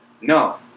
No